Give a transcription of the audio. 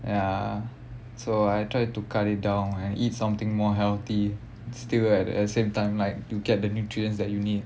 ya so I try to cut it down and eat something more healthy and still at at the same time like to get the nutrients that you need